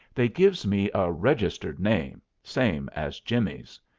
they gives me a registered name, same as jimmy's.